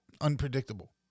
unpredictable